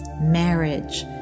marriage